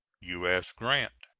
u s. grant.